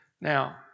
Now